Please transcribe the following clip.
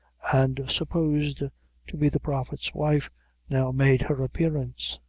and supposed to be the prophet's wife now made her appearance.